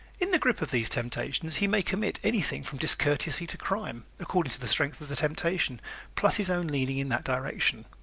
in the grip of these temptations he may commit anything from discourtesy to crime according to the strength of the temptation plus his own leaning in that direction.